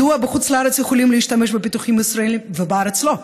מדוע בחוץ-לארץ יכולים להשתמש בפיתוחים ישראליים ובארץ לא?